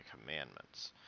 commandments